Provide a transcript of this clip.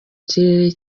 kirere